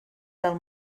del